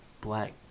black